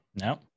No